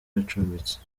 acumbitse